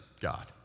God